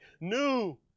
new